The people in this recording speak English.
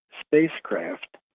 spacecraft